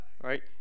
right